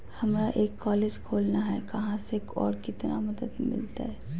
हमरा एक कॉलेज खोलना है, कहा से और कितना मदद मिलतैय?